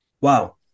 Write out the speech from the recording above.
Wow